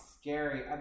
scary